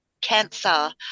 cancer